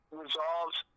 resolved